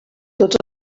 tots